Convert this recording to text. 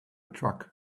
truck